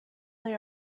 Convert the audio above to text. they